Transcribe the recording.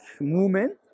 movement